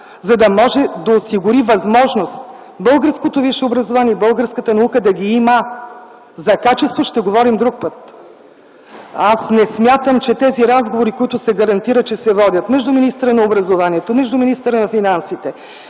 за да може да осигури възможност българското висше образование и българската науката да ги има! За качество ще говорим друг път. Не смятам, че разговорите, за които се гарантира, че се водят между министъра на образованието и министъра на финансите